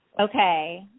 Okay